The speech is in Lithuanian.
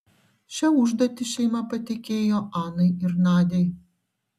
šią užduotį šeima patikėjo anai ir nadiai